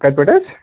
کَتہِ پٮ۪ٹھ حظ